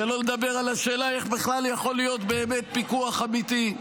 שלא לדבר על השאלה איך בכלל יכול להיות באמת פיקוח אמיתי?